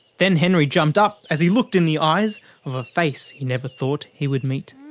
then henry jumped up, as he looked in the eyes of a face he never thought he would meet.